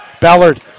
Ballard